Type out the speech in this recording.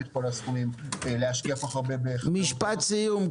את כל הסכומים להשקיע כל כך הרבה ב- -- משפט סיום,